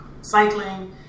cycling